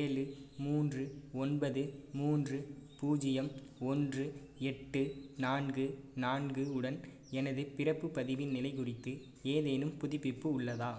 ஏழு மூன்று ஒன்பது மூன்று பூஜ்ஜியம் ஒன்று எட்டு நான்கு நான்கு உடன் எனது பிறப்புப் பதிவின் நிலை குறித்து ஏதேனும் புதுப்பிப்பு உள்ளதா